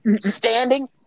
Standing